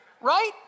Right